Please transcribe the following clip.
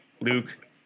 Luke